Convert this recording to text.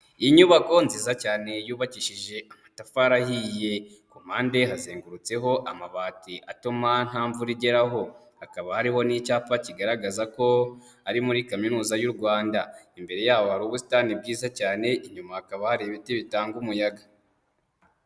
Inyubako nziza cyane yubakishije amatafari ahiye, ku mpande hazengurutseho amabati atuma nta mvura igeraho, hakaba hariho n'icyapa kigaragaza ko ari muri Kaminuza y'u Rwanda, imbere yaho hari ubusitani bwiza cyane, inyuma hakaba hari ibiti bitanga umuyaga.